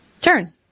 turn